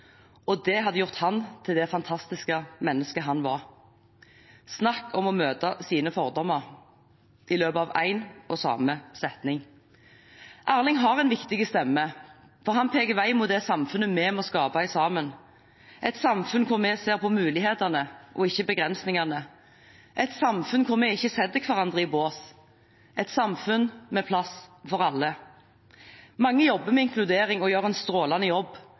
og det hadde gjort ham til det fantastiske mennesket han var. Snakk om å møte sine fordommer, i løpet av en og samme setning. Erling har en viktig stemme, for han peker vei mot det samfunnet vi må skape sammen – et samfunn hvor vi ser på mulighetene og ikke begrensningene, et samfunn hvor vi ikke setter hverandre i bås, et samfunn med plass for alle. Mange jobber med inkludering og gjør en strålende jobb,